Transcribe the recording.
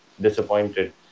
disappointed